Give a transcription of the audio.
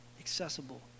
accessible